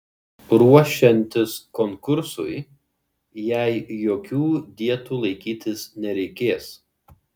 ruošiantis konkursui jai jokių dietų laikytis nereikės